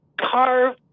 carve